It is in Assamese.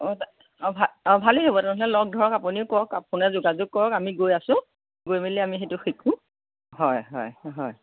অ' অ' ভাল অ' ভালেই হ'ব তেনেহ'লে লগ ধৰক আপুনি কওক আপোনাৰ যোগাযোগ কৰক আমি গৈ আছো গৈ মেলি আমি সেইটো শিকোঁ হয় হয় হয়